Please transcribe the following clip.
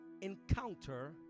encounter